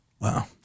Wow